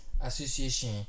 Association